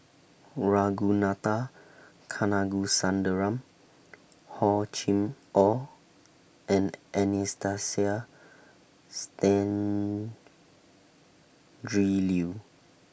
Ragunathar Kanagasuntheram Hor Chim Or and Anastasia Tjendri Liew